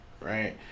right